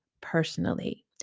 personally